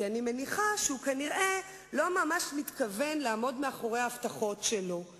תניחו תקציב ל-2009